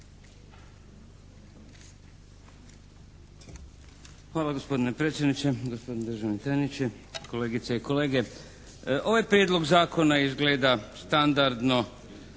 Hvala gospodine predsjedniče! Gospodine državni tajniče, kolegice i kolege! Ovaj prijedlog zakona je izgleda standardno